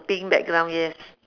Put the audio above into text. pink background yes